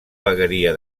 vegueria